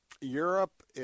Europe